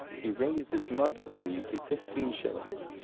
he raised its market value to fifteen shillings.